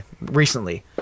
recently